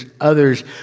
others